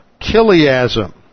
Kiliasm